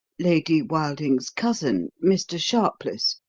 lady wilding's cousin, mr. sharpless.